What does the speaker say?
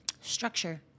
structure